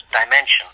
dimension